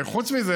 וחוץ מזה,